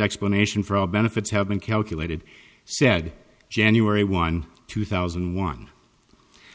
explanation for all benefits have been calculated said january one two thousand and one